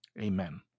amen